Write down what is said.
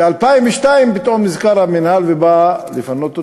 ב-2002 פתאום נזכר המינהל ובא לפנות אותם.